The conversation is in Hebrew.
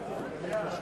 להעביר